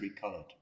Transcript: coloured